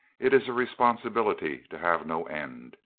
it is a responsibility to have no end.